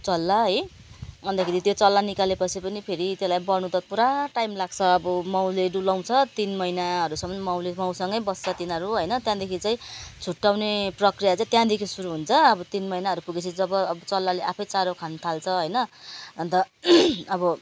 चल्ला है अन्तखेरि त्यो चल्ला निकाले पछि पनि फेरि त्यसलाई बढ्नु त पुरा टाइम लाग्छ अब माउले डुलाउँछ तिन महिनाहरूसम्म माउले माउसँग बस्छ तिनीहरू होइन त्यहाँदेखि चाहिँ छुट्याउने प्रक्रिया चाहिँ त्यहाँदेखि सुरु हुन्छ अब तिन महिनाहरू पुगे पछि जब अब चल्लाले आफै चारो खानु थाल्छ होइन अन्त अब